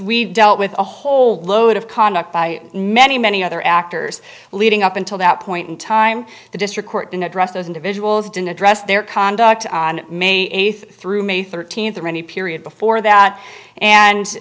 we dealt with a whole load of conduct by many many other actors leading up until that point in time the district court in address those individuals didn't address their conduct on may eighth through may thirteenth or any period before that and